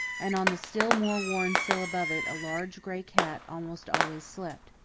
and on the still more worn sill above it a large gray cat almost always slept.